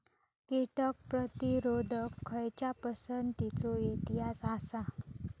कीटक प्रतिरोधक खयच्या पसंतीचो इतिहास आसा?